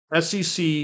SEC